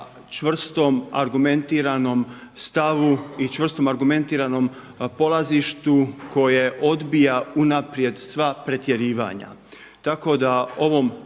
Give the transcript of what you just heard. čvrstom argumentiranom stavu i čvrstom argumentiranom polazištu koje odbija unaprijed sva pretjerivanja.